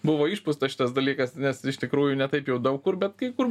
buvo išpūstas šitas dalykas nes iš tikrųjų ne taip jau daug kur bet kai kur